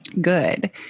good